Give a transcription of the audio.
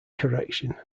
correction